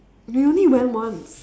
we only went once